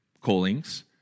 callings